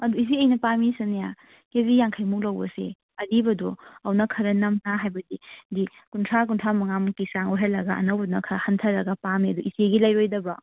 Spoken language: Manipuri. ꯑꯗꯨ ꯏꯆꯦ ꯑꯩꯅ ꯄꯥꯝꯃꯤꯁꯤꯅꯅꯦ ꯀꯦꯖꯤ ꯌꯥꯡꯈꯩ ꯃꯨꯛ ꯂꯧꯕꯁꯤ ꯑꯔꯤꯕꯗꯣ ꯑꯗꯨꯅ ꯈꯔ ꯅꯝꯅ ꯍꯥꯏꯕꯗꯤ ꯀꯨꯟꯊ꯭ꯔꯥ ꯀꯨꯟꯊ꯭ꯔꯥ ꯃꯉꯥ ꯃꯨꯛꯀꯤ ꯆꯥꯡ ꯑꯣꯏꯍꯜꯂꯒ ꯑꯅꯧꯕꯗꯨꯅ ꯈꯔ ꯍꯟꯊꯔꯒ ꯄꯥꯝꯃꯦꯕ ꯏꯆꯦꯒꯤ ꯂꯩꯔꯣꯏꯗꯕ꯭ꯔꯣ